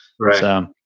Right